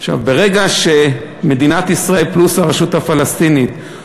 ברגע שמדינת ישראל, פלוס הרשות הפלסטינית,